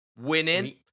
winning